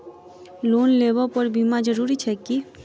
Loan लेबऽ पर बीमा जरूरी छैक की?